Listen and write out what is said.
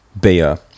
beer